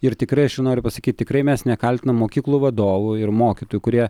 ir tikrai aš jau noriu pasakyti tikrai mes nekaltinam mokyklų vadovų ir mokytojų kurie